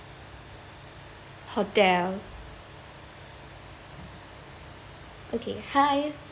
hotel okay hi